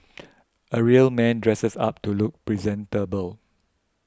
a real man dresses up to look presentable